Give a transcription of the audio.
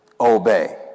obey